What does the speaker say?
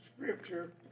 scripture